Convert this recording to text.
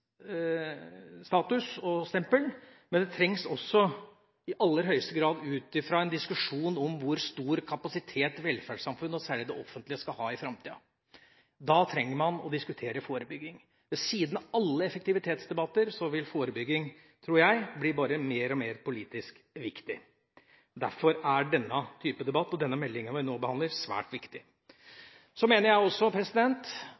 status. I så måte er jeg glad for så tydelig melding og så tydelig perspektiv som jeg har sett i løpet av det siste. Det trengs. Det trengs ut ifra et livskvalitetsstempel, men det trengs også i aller høyeste grad ut ifra en diskusjon om hvor stor kapasitet velferdssamfunnet – og særlig det offentlige – skal ha i framtida. Da trenger man å diskutere forebygging. Ved siden av alle effektivitetsdebatter vil forebygging, tror jeg, bli